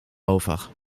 over